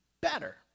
better